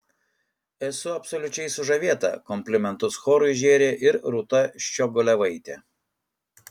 esu absoliučiai sužavėta komplimentus chorui žėrė ir rūta ščiogolevaitė